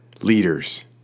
leaders